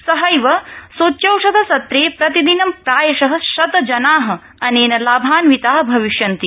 सहैव सूच्योषध सत्रे प्रतिदिनं प्रायश शत जना अनेन लाभान्विता भविष्यन्ति